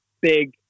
big